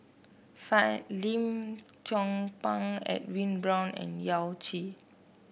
Fan Lim Chong Pang Edwin Brown and Yao Zi